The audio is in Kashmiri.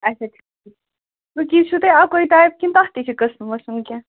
اچھا ٹھیٖک کُکیٖز چھُو تُہۍ اَکُے ٹایپ کِنۍ تَتھ تہِ چھِ قٕسٕم وٕسم کیٚنٛہہ